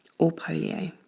or polio.